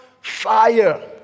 fire